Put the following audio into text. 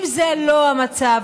אם זה לא המצב,